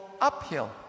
uphill